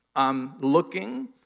looking